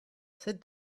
sit